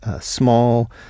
small